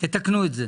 תתקנו את זה.